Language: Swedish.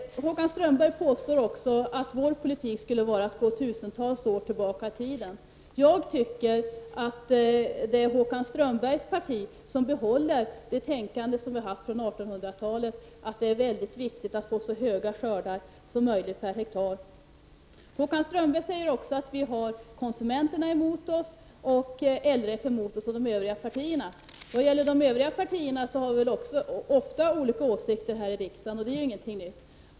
Håkan Strömberg påstår också att vår politik skulle innebära att man gick tusentals år tillbaka i tiden. Jag tycker att Håkan Strömbergs parti behåller tänkandet från 1800-talet, dvs. att det är viktigt att få så stora skördar som möjligt per hektar. Håkan Strömberg säger att vi i miljöpartiet har konsumenterna, LRF och de övriga partierna emot oss. Partierna i riksdagen har ofta olika åsikter — det är ingenting nytt.